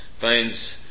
finds